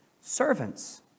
Servants